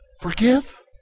forgive